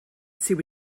sydd